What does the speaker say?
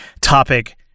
topic